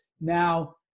Now